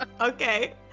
okay